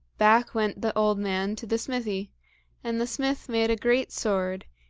back went the old man to the smithy and the smith made a great sword,